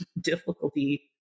difficulty